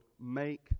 make